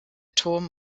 turm